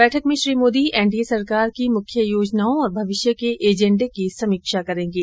बैठक में श्री मोदी एनडीए सरकार की मुख्य योजनाओं और भविष्य के एजेन्डे की संमीक्षा करेंगे